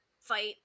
fight